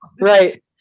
Right